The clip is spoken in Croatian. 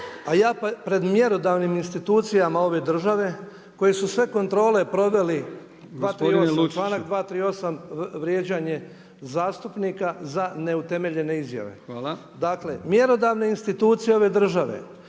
a ja pred mjerodavnim institucijama ove države koje su sve kontrole proveli, … /Upadica se ne razumije./ … članak 238. vrijeđanje zastupnika za neutemeljene izjave. Dakle mjerodavne institucije ove države